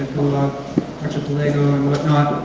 archipelago and whatnot,